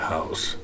House